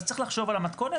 אז צריך לחשוב על המתכונת.